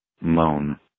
moan